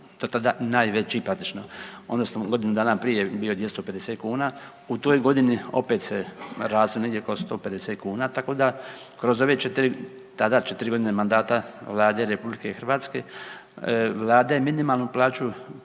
se ne razumije./… odnosno godinu dana prije je bio 250 kuna, u toj godini opet se raslo negdje oko 150 kuna, tako da kroz ove 4, tada 4 godine mandata Vlade RH, Vlada je minimalnu plaću